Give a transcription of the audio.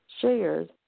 shares